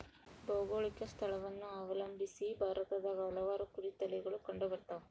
ಭೌಗೋಳಿಕ ಸ್ಥಳವನ್ನು ಅವಲಂಬಿಸಿ ಭಾರತದಾಗ ಹಲವಾರು ಕುರಿ ತಳಿಗಳು ಕಂಡುಬರ್ತವ